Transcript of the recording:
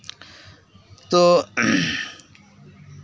ᱛᱳ